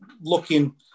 looking